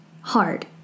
Hard